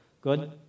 Good